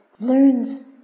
learns